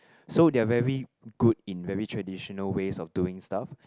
so they are very good in very traditional ways of doing stuff